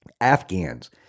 Afghans